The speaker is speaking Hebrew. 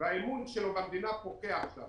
ושהאמון שלו במדינה פוקע עכשיו?